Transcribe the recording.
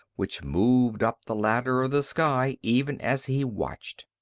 which moved up the ladder of the sky even as he watched.